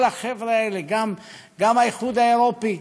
כל החבר'ה האלה, גם האיחוד האירופי,